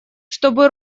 чтобы